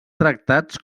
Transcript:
tractats